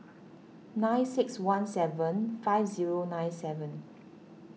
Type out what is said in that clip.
nine six one seven five zero nine seven